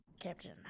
Captain